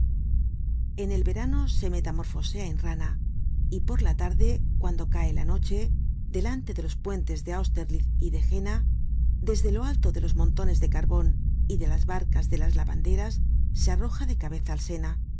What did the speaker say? en el verano se metamorfosea en rana y por la tarde cuando cae la noche delante de los puentes de austerlitz y de jena desde lo alto de los montones de carbon y de las barcas de las lavanderas se arroja de cabeza al sena